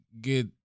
get